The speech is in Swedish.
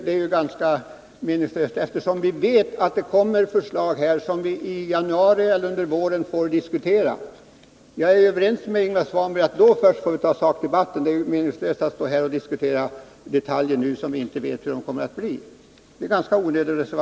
Vi vet ju att det kommer förslag som vi i januari eller under våren får diskutera. Jag är överens med Ingvar Svanberg om att då först får vi ta sakdebatten. Det är meningslöst att nu diskutera detaljer som vi inte vet hur de kommer att utformas.